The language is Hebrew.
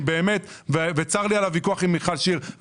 צר לי על הוויכוח עם מיכל שיר.